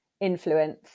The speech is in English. influence